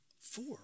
four